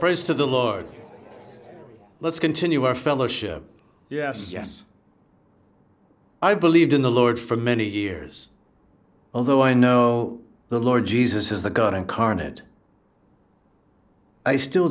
to the lord let's continue our fellowship yes yes i believed in the lord for many years although i know the lord jesus is the god incarnate i still